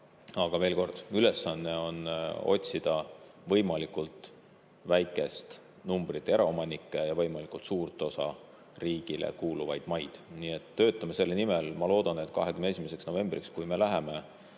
Aga veel kord, ülesanne on otsida võimalikult väikest arvu eraomanikke ja võimalikult suurt osa riigile kuuluvaid maid. Nii et töötame selle nimel. Ma loodan, et 21. novembriks, kui me läheme